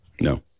No